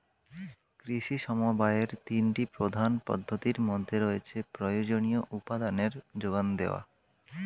কৃষি সমবায়ের তিনটি প্রধান পদ্ধতির মধ্যে রয়েছে প্রয়োজনীয় উপাদানের জোগান দেওয়া